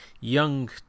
young